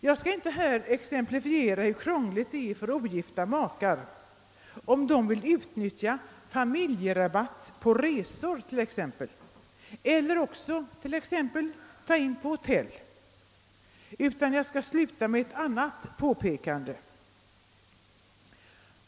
Jag skall inte här exemplifiera hur krångligt det är för ogifta makar om de t.ex. vill utnyttja familjerabatt vid resor eller ta in på hotell. Jag skall sluta med ett annat påpekande.